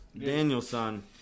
Danielson